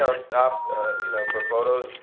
ah stopped you know for photos.